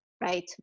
right